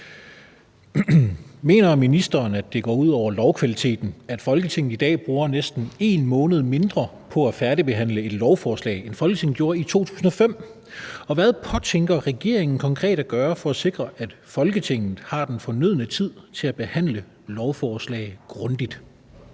Mener ministeren, at det går ud over lovkvaliteten, at Folketinget i dag bruger næsten 1 måned mindre på at færdigbehandle et lovforslag, end Folketinget gjorde i 2005, og hvad påtænker regeringen konkret at gøre for at sikre, at Folketinget har den fornødne tid til at behandle lovforslag grundigt?